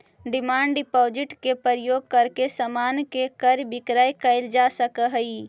demand deposit के प्रयोग करके समान के क्रय विक्रय कैल जा सकऽ हई